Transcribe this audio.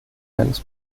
eines